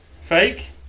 Fake